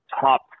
top